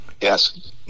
Yes